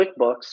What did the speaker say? quickbooks